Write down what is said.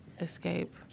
escape